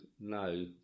no